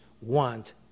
want